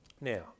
now